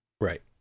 Right